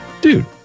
Dude